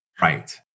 Right